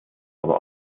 aber